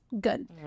good